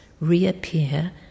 reappear